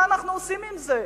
מה אנחנו עושים עם זה?